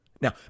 Now